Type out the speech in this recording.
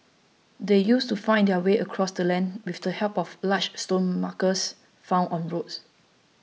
they used to find their way across the land with the help of large stone markers found on roads